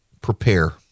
prepare